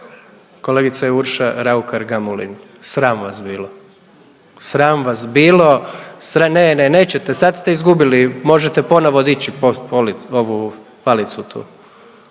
kolegice Urša RAukar Gamulin sram vas bilo, sram vas bilo. Ne, ne, nećete sad ste izgubili, možete ponovo dići palicu tu,